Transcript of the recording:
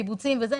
קיבוצים וכולי,